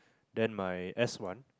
then my S one